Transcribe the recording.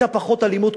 היתה פחות אלימות,